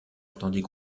attendait